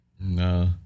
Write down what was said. No